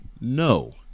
No